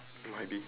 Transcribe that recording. might be